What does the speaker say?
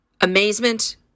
amazement